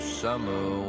summer